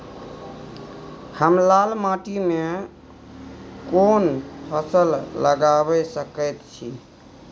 हम लाल माटी में कोन फसल लगाबै सकेत छी?